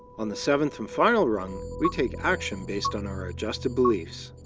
on the seventh and final rung, we take action based on our adjusted beliefs.